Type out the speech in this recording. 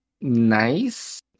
nice